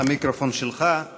המיקרופון שלך בפעם הראשונה.